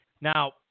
Now